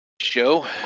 show